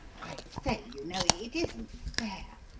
i say, you know, it isn't fair.